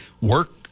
work